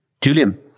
Julian